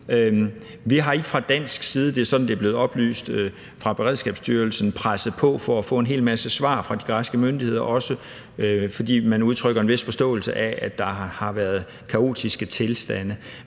Vi har ikke fra dansk side – det er sådan, det er blevet oplyst af Beredskabsstyrelsen – presset på for at få en hel masse svar fra de græske myndigheder. Det er også, fordi man udtrykker en vis forståelse for, at der har været kaotiske tilstande.